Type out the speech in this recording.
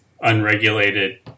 unregulated